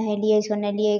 नहेलिए सोनेलिए